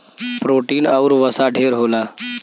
protein आउर वसा ढेर होला